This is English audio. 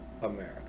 America